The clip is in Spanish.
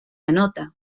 anota